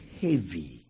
heavy